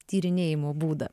tyrinėjimo būdą